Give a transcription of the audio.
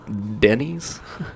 Denny's